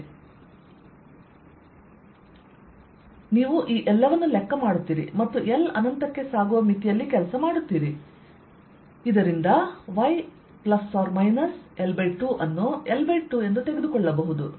sec 12yL22sec 22y L22 ನೀವು ಈ ಎಲ್ಲವನ್ನು ಲೆಕ್ಕ ಮಾಡುತ್ತೀರಿ ಮತ್ತು L ಅನಂತಕ್ಕೆ ಸಾಗುವ ಮಿತಿಯಲ್ಲಿ ಕೆಲಸ ಮಾಡುತ್ತೀರಿ ಇದರಿಂದ y∓L2ಅನ್ನು L2ಎಂದು ತೆಗೆದುಕೊಳ್ಳಬಹುದು